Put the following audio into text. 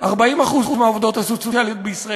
40% מהעובדות הסוציאליות בישראל,